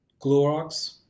Clorox